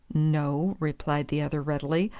no, replied the other readily,